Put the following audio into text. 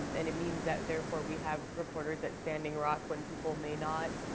and it means that therefore we have reporters at standing rock when people may not.